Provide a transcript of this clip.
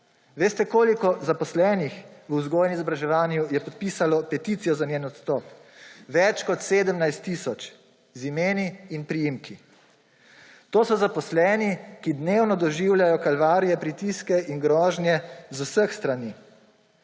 Veste, koliko zaposlenih v vzgoji in izobraževanju je podpisalo peticijo za njen odstop? Več kot 17 tisoč, z imeni in priimki. To so zaposleni, ki dnevno doživljajo kalvarije, pritiske in grožnje z vseh strani.